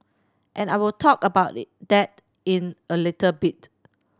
and I will talk about a little that in a little bit